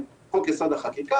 יש כל מיני אמירות כאלו.